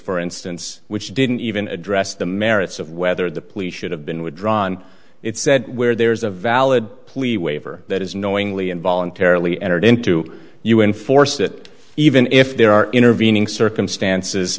for instance which didn't even address the merits of whether the police should have been withdrawn it said where there's a valid plea waiver that is knowingly and voluntarily entered into you enforce that even if there are intervening circumstances